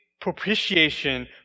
propitiation